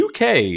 UK